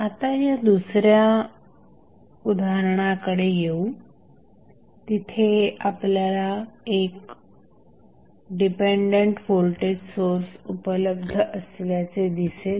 आता या दुसऱ्या उदाहरणाकडे येऊ तिथे आपल्याला 1 डिपेंडंट व्होल्टेज सोर्स उपलब्ध असल्याचे दिसेल